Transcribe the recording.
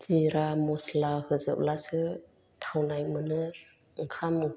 जिरा मस्ला होजोबब्लासो थावनाय मोनो ओंखाम